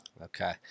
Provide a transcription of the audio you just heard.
Okay